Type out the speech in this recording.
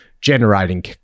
generating